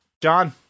John